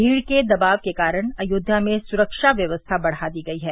भीड़ के दबाव के कारण अयोध्या में सुरक्षा व्यवस्था बढ़ा दी गयी है